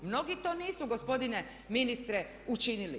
Mnogi to nisu gospodine ministre učinili.